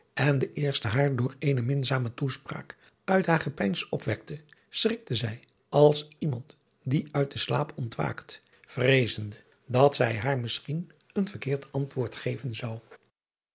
en de eerste haar door eene minzame toespraak uit haar gepeins opwekte schrikte zij als iemand die uit den slaap ontwaakt vreezende dat zij haar misschien een verkeerd antwoord geven zou